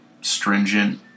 stringent